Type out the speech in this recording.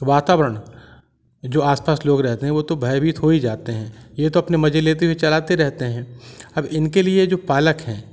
वातावरण जो आसपास लोग रहते हैं वो तो भयभीत हो ही जाते हैं ये तो अपने मजे लेते हुए चलाते रहते हैं अब इनके लिए जो पालक हैं